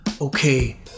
okay